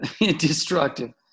destructive